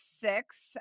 six